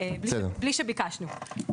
מבלי שביקשנו.